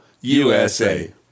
USA